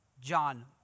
John